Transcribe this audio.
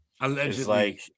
allegedly